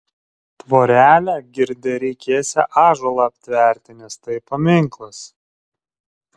tvorelę girdi reikėsią ąžuolą aptverti nes tai paminklas